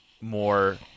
more